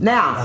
Now